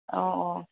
অঁ অঁ